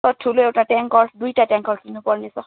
sir ठुलो एउटा tankers दुईवटा ट्याङ्कर्स किन्नुपर्नेछ